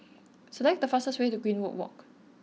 select the fastest way to Greenwood Walk